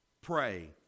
pray